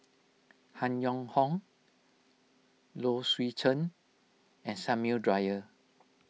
Han Yong Hong Low Swee Chen and Samuel Dyer